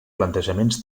plantejaments